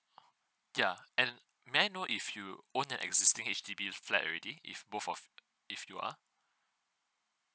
ya and may I know if you own an existing H_D_B flat already if both of if you are